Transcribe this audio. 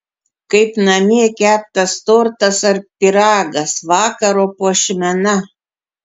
kaip namie keptas tortas ar pyragas vakaro puošmena